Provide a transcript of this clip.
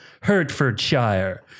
Hertfordshire